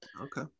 okay